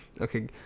Okay